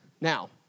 Now